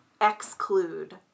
exclude